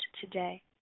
today